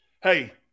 hey